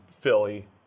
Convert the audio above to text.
Philly